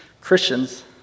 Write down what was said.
Christians